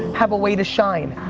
have a way to shine.